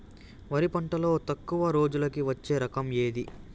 వరి పంటలో తక్కువ రోజులకి వచ్చే రకం ఏది?